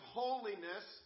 holiness